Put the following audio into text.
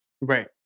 right